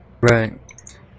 Right